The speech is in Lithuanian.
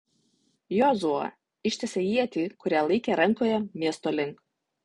jozuė ištiesė ietį kurią laikė rankoje miesto link